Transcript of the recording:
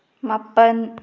ꯃꯥꯄꯜ